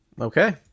Okay